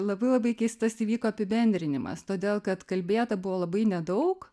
labai labai keistas įvyko apibendrinimas todėl kad kalbėta buvo labai nedaug